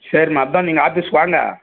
சரிம்மா அதான் நீங்கள் ஆஃபீஸ் வாங்க